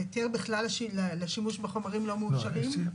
היתר בכלל לשימוש בחומרים לא מאושרים?